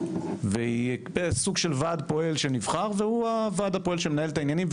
היא סוג של ועד פועל שנבחר והוא הוועד הפועל שמנהל את העניינים.